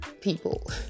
people